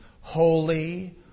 holy